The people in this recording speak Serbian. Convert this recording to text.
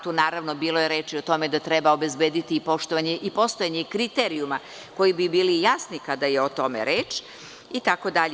Tu je bilo reči o tome da treba obezbediti i postojanje kriterijuma koji bi bili jasni kada je o tome reč itd.